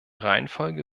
reihenfolge